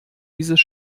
dieses